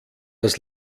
das